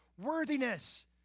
worthiness